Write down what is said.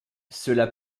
cela